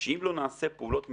שאם לא נעשה פעולות מסוימות,